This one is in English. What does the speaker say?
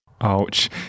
Ouch